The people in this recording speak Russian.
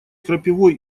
крапивой